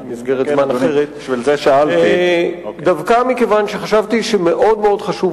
ופעם ראשונה שאני שומע שגם